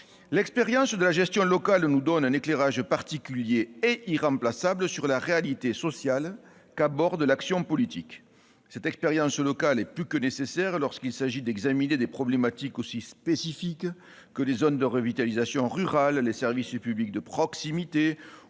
L'expérience de la gestion locale nous donne un éclairage particulier et irremplaçable sur la réalité sociale qu'aborde l'action politique. Cette expérience locale est plus que nécessaire lorsqu'il s'agit d'examiner des problématiques aussi spécifiques que les zones de revitalisation rurale, les services publics de proximité ou la